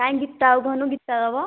କାହିଁକି ଗୀତାକୁ କହୁନୁ ଗୀତା ଦେବ